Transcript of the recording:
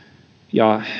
ja